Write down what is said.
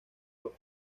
prof